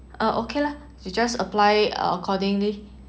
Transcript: uh okay lah you just apply accordingly